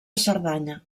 cerdanya